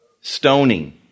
Stoning